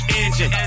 engine